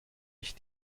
ich